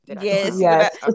yes